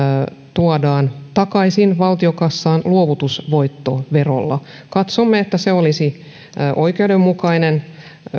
tuodaan takaisin valtion kassaan luovutusvoittoverolla katsomme että se olisi oikeudenmukainen